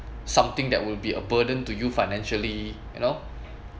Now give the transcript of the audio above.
something that will be a burden to you financially you know